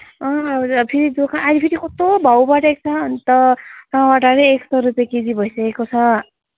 अँ अहिले त फेरि दोकान अहिले फेरि कस्तो भाउ बढेको छ अन्त टमाटरै एक सौ रुपियाँ केजी भइसकेको छ